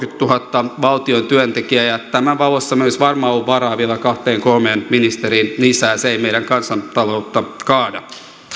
yli kolmenkymmenentuhannen valtion työntekijää ja tämän valossa olisi varmaan ollut varaa vielä kahteen kolmeen ministeriin lisää se ei meidän kansantalouttamme kaada